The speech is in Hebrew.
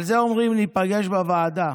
על זה אומרים: ניפגש בוועדה.